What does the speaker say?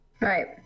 right